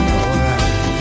alright